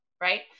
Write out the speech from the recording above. right